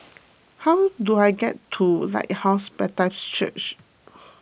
how do I get to Lighthouse Baptist Church